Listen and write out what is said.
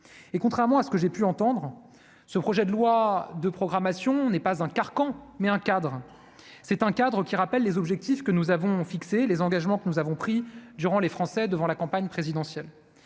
et contrairement à ce que j'ai pu entendre ce projet de loi de programmation n'est pas un carcan mais un cadre, c'est un cadre qui rappelle les objectifs que nous avons fixé les engagements que nous avons pris durant les Français devant la campagne présidentielle,